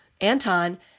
Anton